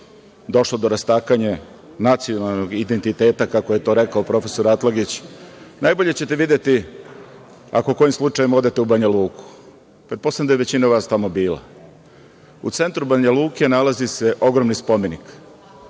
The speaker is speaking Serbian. došlo do rastakanja nacionalnog integriteta, kako je to rekao profesor Atlagić. Najbolje ćete videti ako, kojim slučajem odete u Banja Luku. Predpostavljam da je većina vas tamo bila.U centru Banja Luke nalazi se ogromni spomenik.